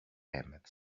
emmett